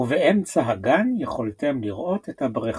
ובאמצע הגן יכלתם לראות את הברכה.